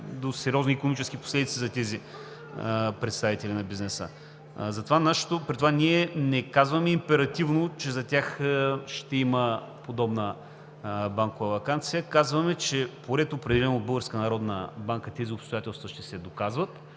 до сериозни икономически последици за тези представители на бизнеса. При това ние не казваме императивно, че за тях ще има подобна банкова ваканция – казваме, че по ред, определен от Българската народна банка, тези обстоятелства ще се доказват